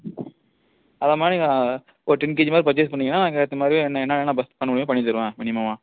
அதைமாரி ஒரு டென் கேஜிக்கு மேல் பர்ச்சேஸ் பண்ணிங்கனால் அதுக்கேற்றமாரி என்னென்லாம் பெஸ்ட் பண்ண முடியுமோ பண்ணித்தருவேன் மினிமம்மா